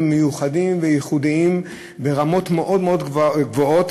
מיוחדים וייחודיים ברמות מאוד מאוד גבוהות,